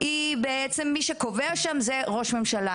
מי שקובע בממשלה זה ראש הממשלה,